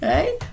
Right